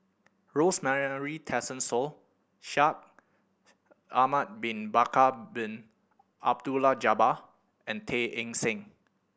Rosemary Tessensohn Shaikh Ahmad Bin Bakar Bin Abdullah Jabbar and Tay Eng Soon